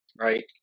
right